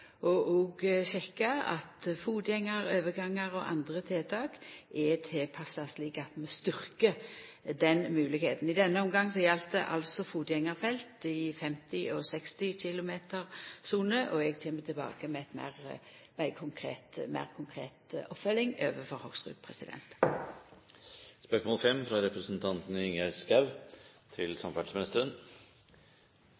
at òg fotgjengarovergangar og andre tiltak er tilpassa slik at vi styrkjer den moglegheita. I denne omgang gjaldt det fotgjengarfelt i 50- og 60 km-sone. Eg kjem tilbake med ei meir konkret oppfølging overfor Hoksrud.